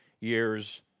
years